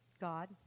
God